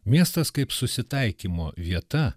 miestas kaip susitaikymo vieta